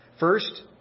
First